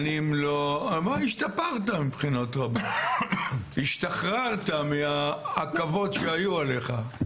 השתפרת מבחינות רבות, השתחררת מהעכבות שהיו עליך.